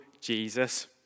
Jesus